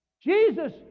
Jesus